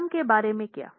column के बारे में क्या